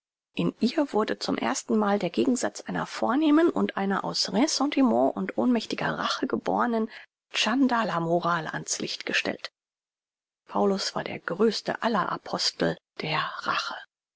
in ihr wurde zum ersten mal der gegensatz einer vornehmen und einer aus ressentiment und ohnmächtiger rache gebornen tschandala moral an's licht gestellt paulus war der größte aller apostel der rache